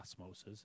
osmosis